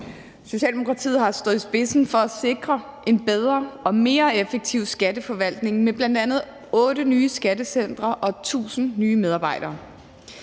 Socialdemokratiet har stået i spidsen for at sikre en bedre og mere effektiv skatteforvaltning med bl.a. otte nye skattecentre og 1.000 nye medarbejdere.